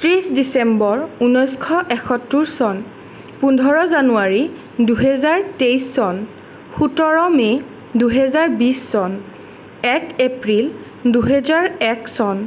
ত্ৰিছ ডিচেম্বৰ ঊনৈছশ এসত্তৰ চন পোন্ধৰ জানুৱাৰী দুহেজাৰ তেইছ চন সোতৰ মে' দুহেজাৰ বিছ চন এক এপ্ৰিল দুহেজাৰ এক চন